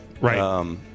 Right